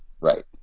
Right